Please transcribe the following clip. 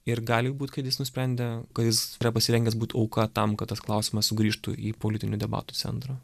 ir gali būt kad jis nusprendė kad jis yra pasirengęs būti auka tam kad tas klausimas sugrįžtų į politinių debatų centrą